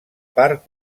part